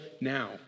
now